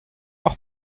hor